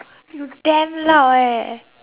you damn loud eh